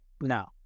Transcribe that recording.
no